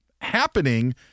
happening